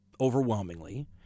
overwhelmingly